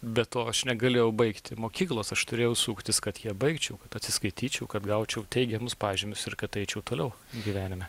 be to aš negalėjau baigti mokyklos aš turėjau suktis kad ją baigčiau kad atsiskaityčiau kad gaučiau teigiamus pažymius ir kad eičiau toliau gyvenime